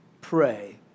pray